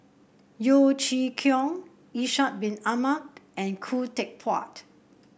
Yeo Chee Kiong Ishak Bin Ahmad and Khoo Teck Puat